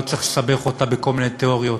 לא צריך לסבך אותה בכל מיני תיאוריות: